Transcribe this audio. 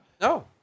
No